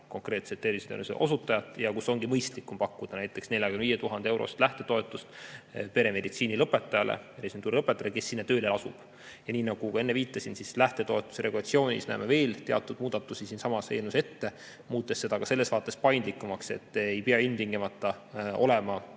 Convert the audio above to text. konkreetselt tervishoiuteenuse osutajat ja kus ongi mõistlikum pakkuda näiteks 45 000‑eurost lähtetoetust peremeditsiini residentuuri lõpetajale, kes sinna tööle asub. Nagu ka enne viitasin, lähtetoetuse regulatsioonis näeme veel ette teatud muudatusi siinsamas eelnõus, muutes seda ka selles vaates paindlikumaks, et ei pea ilmtingimata olema